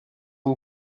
une